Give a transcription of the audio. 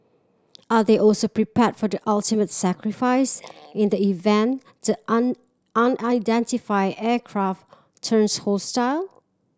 are they also prepared for the ultimate sacrifice in the event the an unidentified aircraft turns hostile